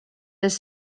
les